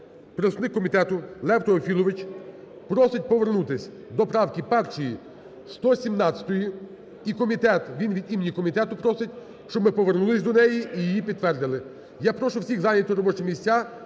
представник комітету Лев Теофілович просить повернутись до правки першої 117-ї, і комітет, він від імені комітету просить, щоб ми повернулись до неї і її підтвердили. Я прошу всіх зайняти робочі місця